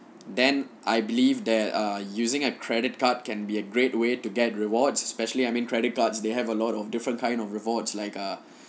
then I believe that ah using a credit card can be a great way to get rewards especially I mean credit cards they have a lot of different kind of rewards like a